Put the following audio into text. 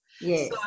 Yes